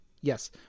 yes